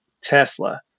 Tesla